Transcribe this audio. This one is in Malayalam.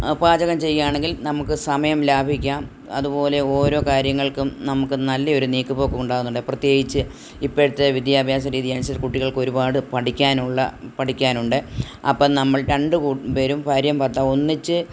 ആ പാചകം ചെയ്യുകയാണെങ്കില് നമുക്ക് സമയം ലാഭിക്കാം അതുപോലെ ഓരോ കാര്യങ്ങൾക്കും നമുക്ക് നല്ല ഒരു നീക്ക് പോക്ക് ഉണ്ടാകുന്നുണ്ട് പ്രത്യേകിച്ച് ഇപ്പഴത്തെ വിദ്യാഭ്യാസ രീതി അനുസരിച്ച് കുട്ടികൾക്ക് ഒരുപാട് പഠിക്കാനുള്ള പഠിക്കാനുണ്ട് അപ്പം നമ്മൾ രണ്ട് കൂ പേരും ഭാര്യയും ഭർത്താവും ഒന്നിച്ച്